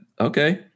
okay